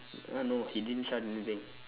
!huh! no he didn't shout anything